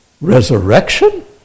resurrection